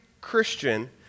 Christian